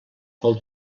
pel